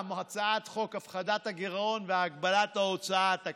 הצעת חוק הפחתת הגירעון והגבלת ההוצאה התקציבית.